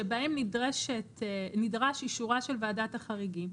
שבהם נדרש אישורה של ועדת החריגים,